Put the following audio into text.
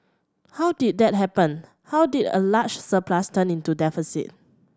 how did that happen how did a large surplus turn into deficit